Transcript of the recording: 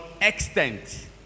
extent